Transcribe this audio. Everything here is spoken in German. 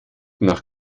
nach